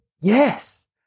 Yes